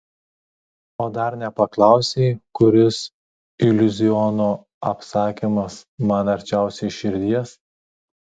o dar nepaklausei kuris iliuziono apsakymas man arčiausiai širdies